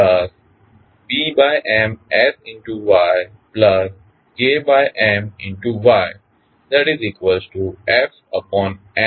હવે Y એ output છે અને F એ ઇનપુટ છે